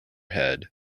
head